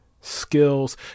skills